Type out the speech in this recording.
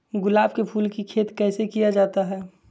गुलाब के फूल की खेत कैसे किया जाता है?